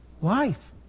Life